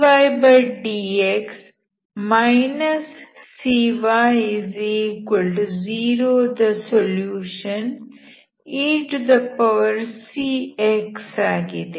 dydx cy0 ದ solution ecx ಆಗಿದೆ